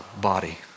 body